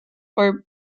for